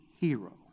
hero